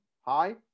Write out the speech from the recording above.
Hi